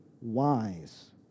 wise